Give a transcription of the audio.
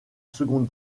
seconde